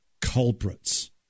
culprits